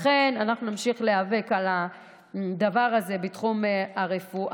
לכן אנחנו נמשיך להיאבק על הדבר הזה בתחום הרפואה.